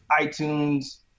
itunes